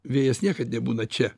vėjas niekad nebūna čia